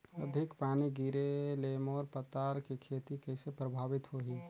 अधिक पानी गिरे ले मोर पताल के खेती कइसे प्रभावित होही?